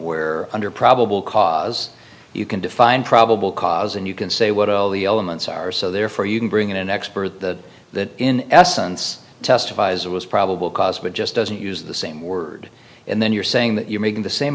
where under probable cause you can define probable cause and you can say what all the elements are so therefore you can bring in an expert the that in essence testifies that was probable cause but just doesn't use the same word and then you're saying that you're making the same